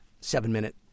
seven-minute